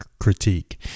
critique